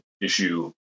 issue